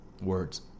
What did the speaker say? words